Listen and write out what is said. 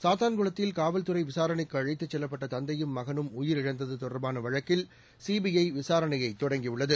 சாத்தான்குளத்தில் காவல்துறை விசாரணைக்கு அழைத்துச் செல்லப்பட்ட தந்தையும் மகனும் உயிரிழந்தது தொடர்பான வழக்கில் சிபிஐ விசாரணையை தொடங்கியுள்ளது